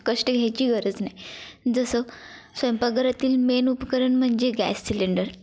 कष्ट घ्यायची गरज नाही जसं स्वयंपाकघरातील मेन उपकरण म्हणजे गॅस सिलेंडर